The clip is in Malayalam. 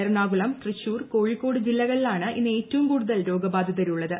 എറണാകുളം തൃശൂർ കോഴിക്കോട് ജില്ല്കളിലാണ് ഇന്ന് ഏറ്റവും കൂടുതൽ രോഗബാധിതരുള്ളത്